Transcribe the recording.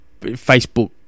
Facebook